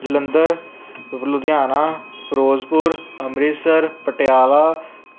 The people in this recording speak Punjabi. ਜਲੰਧਰ ਲੁਧਿਆਣਾ ਫਿਰੋਜ਼ਪੁਰ ਅੰਮ੍ਰਿਤਸਰ ਪਟਿਆਲਾ